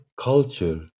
culture